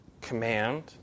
Command